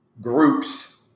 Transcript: groups